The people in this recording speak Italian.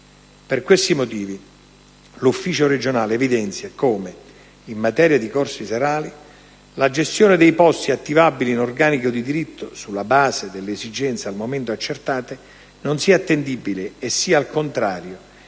Per questi motivi l'ufficio regionale evidenzia come, in materia di corsi serali, la gestione dei posti attivabili in organico di diritto sulla base delle esigenze al momento accertate non sia attendibile e sia, al contrario,